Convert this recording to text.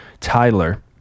Tyler